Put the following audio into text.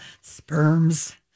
sperms